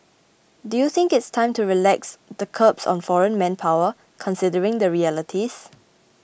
do you think it's time to relax the curbs on foreign manpower considering the realities